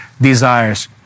desires